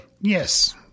Yes